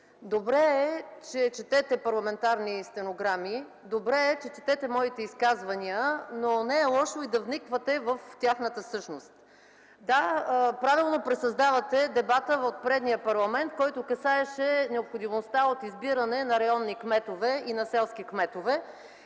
добре е, че четете парламентарни стенограми. Добре е, че четете моите изказвания, но не е лошо и да вниквате в тяхната същност. Да, правилно пресъздавате дебата от предния парламент, който касаеше необходимостта от избиране на районни кметове и селски кметове.